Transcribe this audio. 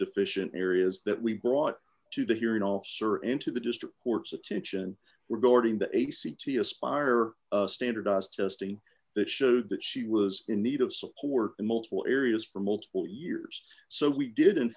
deficient in areas that we brought to the hearing all sir into the district court's attention we're going to a c t aspire standardized testing that showed that she was in need of support in multiple areas for multiple years so we did in